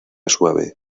suave